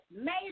made